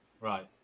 Right